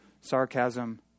sarcasm